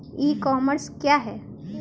ई commerce क्या है?